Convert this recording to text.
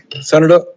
Senator